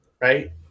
Right